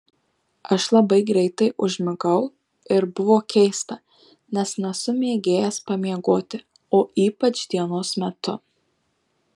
aš labai greitai užmigau ir buvo keista nes nesu mėgėjas pamiegoti o ypač dienos metu